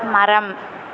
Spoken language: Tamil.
மரம்